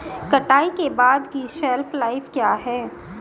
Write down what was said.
कटाई के बाद की शेल्फ लाइफ क्या है?